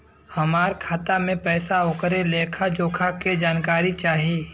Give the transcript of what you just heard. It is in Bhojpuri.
हमार खाता में पैसा ओकर लेखा जोखा के जानकारी चाही?